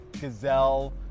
gazelle